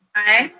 aye.